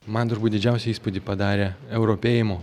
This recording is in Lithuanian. man turbūt didžiausią įspūdį padarė europėjimo